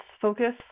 focus